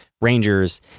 Rangers